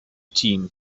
team